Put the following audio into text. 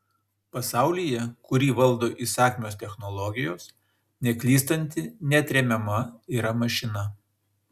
pasaulyje kurį valdo įsakmios technologijos neklystanti neatremiama yra mašina